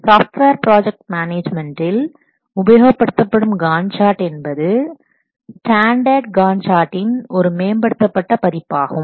software project மேனேஜ்மெண்டில் உபயோகப்படுத்தப்படும் Gantt chart என்பது ஸ்டாண்டர்ட் காண்ட் சார்டின் ஒரு மேம்படுத்தப்பட்ட பதிப்பாகும்